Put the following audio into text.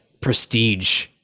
prestige